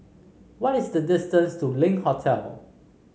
what is the distance to Link Hotel